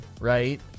right